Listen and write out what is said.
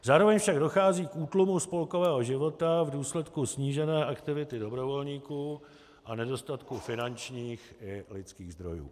Zároveň však dochází k útlumu spolkového života v důsledku snížené aktivity dobrovolníků a nedostatku finančních i lidských zdrojů.